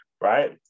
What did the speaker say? right